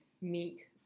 meek